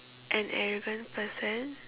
an arrogant person